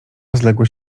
rozległo